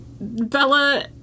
Bella